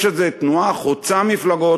יש איזה תנועה חוצה מפלגות,